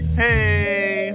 hey